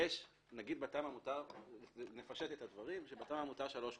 נניח שבתמ"א מותר שלוש קומות,